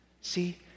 See